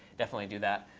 definitely do that